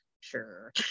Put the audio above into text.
sure